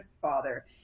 father